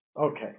Okay